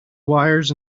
wires